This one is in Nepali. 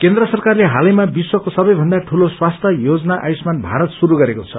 केन्द्र सरकारले हालैमा दुनियाको सबैभन्दा ठूलो स्वास्थ्य योजना आयुष्मान भारत श्रुरू गरेको छ